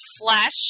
flesh